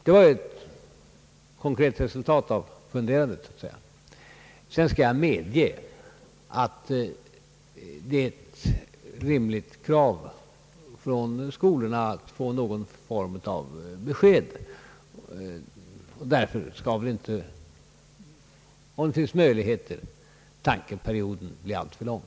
Det var så att säga ett konkret resultat av funderandet. Jag medger att det är ett rimligt krav från skolorna att få någon form av besked. Därför skall väl, om det finns möjligheter, tankeperioden inte bli alltför lång.